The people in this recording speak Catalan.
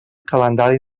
calendari